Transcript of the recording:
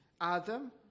Adam